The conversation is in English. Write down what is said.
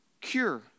cure